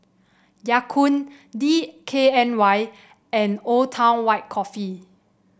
Ya Kun D K N Y and Old Town White Coffee